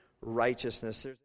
righteousness